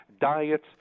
diets